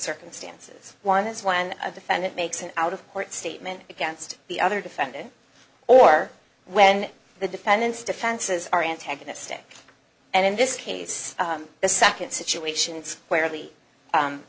circumstances one is one of the found it makes an out of court statement against the other defendant or when the defendant's defenses are antagonistic and in this case the second situations where